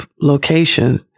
location